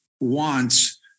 wants